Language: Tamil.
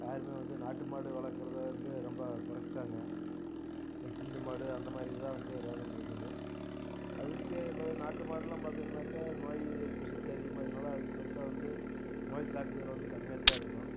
யாருமே வந்து நாட்டு மாடு வளர்க்கறத வந்து ரொம்ப குறச்சிட்டாங்க இன்னைக்கு சிந்து மாடு அந்த மாதிரி இது தான் வந்து ரகங்கள் இருக்குது அதுக்கே இப்போ நாட்டு மாடுலாம் பார்த்தோம்னாக்கா நோய் எதிர்ப்பு சக்தி அதிகமாக இருக்கிறனால அதுக்கு பெருசாக வந்து நோய் தாக்குதலும் வந்து கம்மியாகத்தான் இருக்கும்